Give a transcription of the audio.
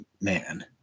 man